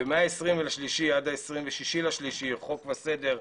ומ-23 ועד 26 "חוק וסדר"